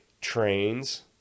trains